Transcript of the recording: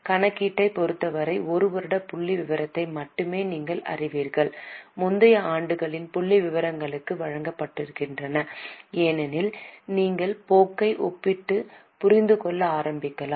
கணக்கீட்டைப் பொறுத்தவரை ஒரு வருட புள்ளிவிவரத்தை மட்டுமே நீங்கள் அறிவீர்கள் முந்தைய ஆண்டுகளின் புள்ளிவிவரங்களும் வழங்கப்படுகின்றன ஏனெனில் நீங்கள் போக்கை ஒப்பிட்டுப் புரிந்துகொள்ள ஆரம்பிக்கலாம்